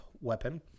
weapon